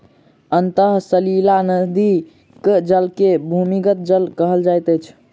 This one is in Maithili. अंतः सलीला नदीक जल के भूमिगत जल कहल जाइत अछि